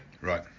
Right